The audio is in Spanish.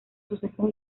sucesos